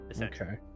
okay